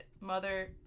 mother